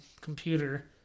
computer